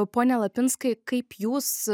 pone lapinskai kaip jūs